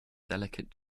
delicate